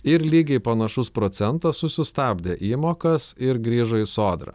ir lygiai panašus procentas susistabdė įmokas ir grįžo į sodrą